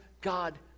God